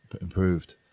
improved